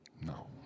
No